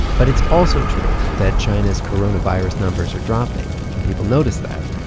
but it's also true that china's coronavirus numbers are dropping, and people noticed that.